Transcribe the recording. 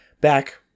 Back